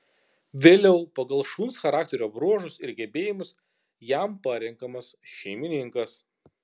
vėliau pagal šuns charakterio bruožus ir gebėjimus jam parenkamas šeimininkas